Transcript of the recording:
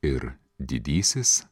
ir didysis